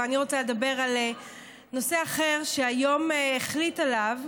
אבל אני רוצה לדבר על נושא אחר שהיום החליט עליו